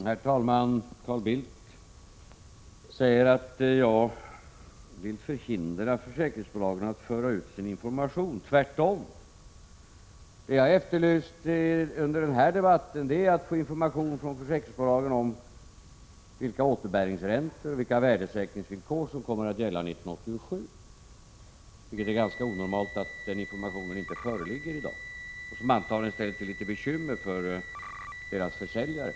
Herr talman! Carl Bildt säger att jag vill förhindra försäkringsbolagen från att föra ut information. Tvärtom: det som jag efterlyst under den här debatten är information från försäkringsbolagen om vilka återbäringsräntor och värdesäkringsvillkor som kommer att gälla 1987. Det är ganska onormalt att den informationen inte föreligger i dag, och det är ett förhållande som antagligen ställer till litet bekymmer för försäkringsbolagens försäljare.